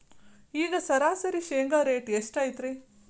ಈಗ ಸರಾಸರಿ ಶೇಂಗಾ ರೇಟ್ ಎಷ್ಟು ಐತ್ರಿ?